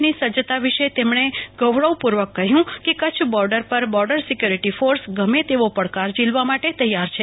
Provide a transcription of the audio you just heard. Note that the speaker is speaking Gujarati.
ની સજ્જતા વિષે તેમણે ગૌરવપ્ ર્વક કહ્યું કેકચ્છ બોર્ડર પર બોર્ડર સિક્વોરિટી ફોર્સ ગમે તેવો પડકાર ઝીલવા માટે તૈયાર છે